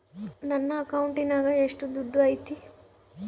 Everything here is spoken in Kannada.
ನನ್ನ ಅಕೌಂಟಿನಾಗ ಎಷ್ಟು ದುಡ್ಡು ಐತಿ?